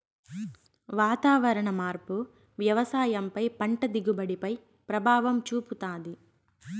వాతావరణ మార్పు వ్యవసాయం పై పంట దిగుబడి పై ప్రభావం చూపుతాది